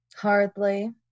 Hardly